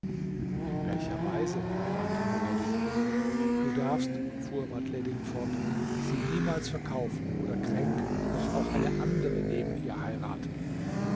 in welcher weise fragte nureddin du darfst fuhr vadhleddin fort sie niemals verkaufen oder kränken noch auch eine andere neben ihr heiraten